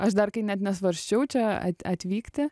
aš dar kai net nesvarsčiau čia at atvykti